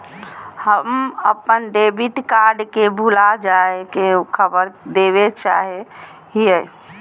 हम अप्पन debit card के भुला जाये के खबर देवे चाहे हियो